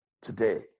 today